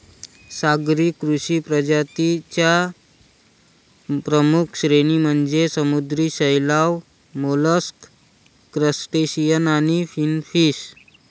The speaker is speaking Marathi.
सागरी कृषी प्रजातीं च्या प्रमुख श्रेणी म्हणजे समुद्री शैवाल, मोलस्क, क्रस्टेशियन आणि फिनफिश